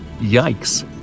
Yikes